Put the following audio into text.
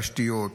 תשתיות,